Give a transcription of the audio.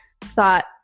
thought